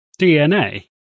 DNA